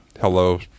hello